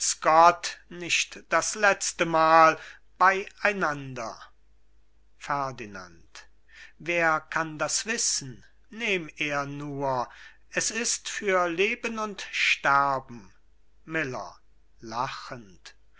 gott nicht das letzte mal bei einander ferdinand wer kann das wissen nehm er nur es ist für leben und sterben miller